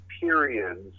periods